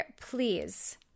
please